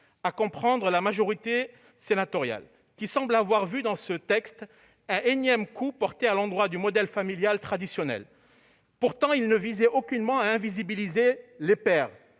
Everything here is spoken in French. à comprendre la majorité sénatoriale, qui semble avoir vu dans ce texte un énième coup porté au modèle familial traditionnel. Pourtant, il ne visait aucunement à invisibiliser les pères,